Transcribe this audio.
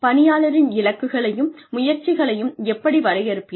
பணியாளரின் இலக்குகளையும் முயற்சிகளையும் எப்படி வரையறுப்பீர்கள்